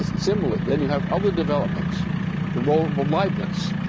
similarly then, you have other developments the role of of leibniz.